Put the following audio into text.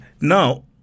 Now